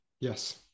Yes